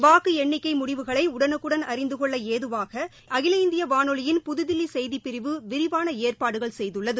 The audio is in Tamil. வாக்குஎண்ணிக்கைமுடிவுகளைஉடனுக்குடன் அறிந்தகொள்ளஏதுவாகஅகில இந்தியவானொலியின் புதுதில்லிசெய்திப்பிரிவு விரிவானஏற்பாடுகள் செய்துள்ளது